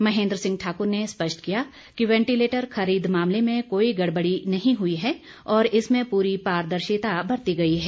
महेंद्र सिंह ठाकुर ने स्पष्ट किया कि वैंटिलेटर खरीद मामले में कोई गड़बड़ी नहीं हुई है और इसमें पूरी पारदर्शिता बरती गई है